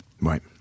Right